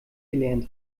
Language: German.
gelernt